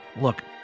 look